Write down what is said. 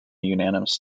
unanimous